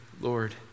Lord